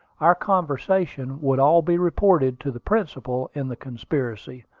our conversation would all be reported to the principal in the conspiracy,